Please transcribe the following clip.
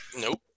Nope